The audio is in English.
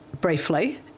briefly